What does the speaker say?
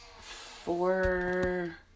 four